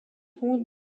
would